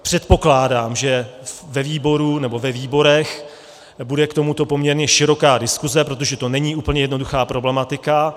Předpokládám, že ve výboru, nebo ve výborech, bude k tomuto poměrně široká diskuse, protože to není úplně jednoduchá problematika.